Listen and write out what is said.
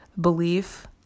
belief